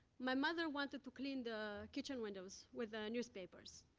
my mother wanted to clean the kitchen windows with the newspapers.